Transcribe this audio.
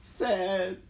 sad